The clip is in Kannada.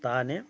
ತಾನೇ